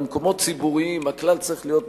במקומות ציבוריים הכלל צריך להיות פשוט: